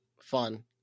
fun